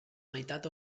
meitat